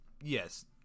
Yes